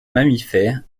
mammifère